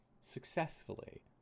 successfully